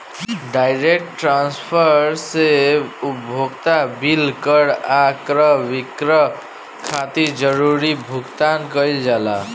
direct transfer से उपभोक्ता bill कर आ क्रय विक्रय खातिर जरूरी भुगतान कईल जाला